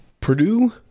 Purdue